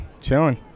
chilling